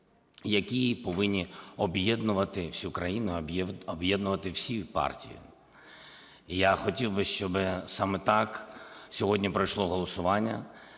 які повинні об'єднувати всю країну, об'єднувати всі партії. Я хотів би, щоби саме так сьогодні пройшло голосування.